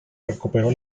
recuperó